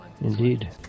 Indeed